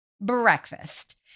breakfast